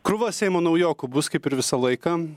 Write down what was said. krūva seimo naujokų bus kaip ir visą laiką